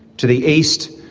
to the east,